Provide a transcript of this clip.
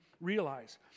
realize